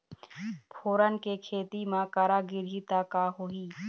फोरन के खेती म करा गिरही त का होही?